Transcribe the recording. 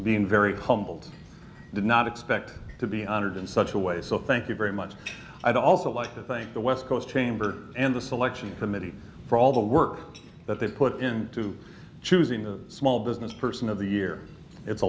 being very humbled did not expect to be honored in such a way so thank you very much i'd also like to thank the west coast chamber and the selection committee for all the work that they put into choosing the small business person of the year it's a